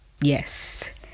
Yes